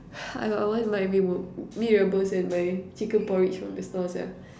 oh god I want my Mee-Rebus and my chicken porridge from just now sia